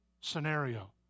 scenario